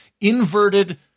inverted